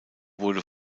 wurde